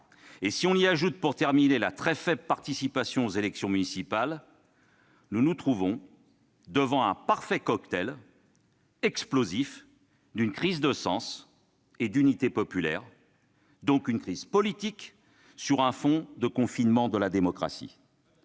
Si l'on y adjoint la très faible participation lors des élections municipales, nous nous trouvons face à un parfait cocktail explosif d'une crise de sens et d'unité populaire, donc d'une crise politique sur fond de confinement de la démocratie